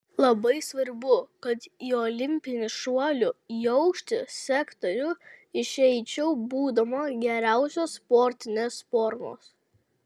labai svarbu kad į olimpinį šuolių į aukštį sektorių išeičiau būdama geriausios sportinės formos